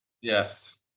Yes